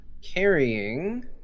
Carrying